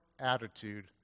attitude